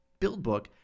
Buildbook